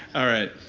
all right.